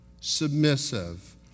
submissive